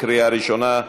לקריאה ראשונה.